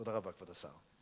תודה רבה, כבוד השר.